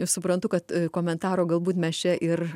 suprantu kad komentaro galbūt mes čia ir